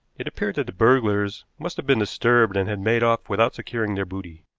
it appeared that the burglars must have been disturbed and had made off without securing their booty.